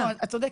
לא, את צודקת.